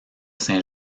saint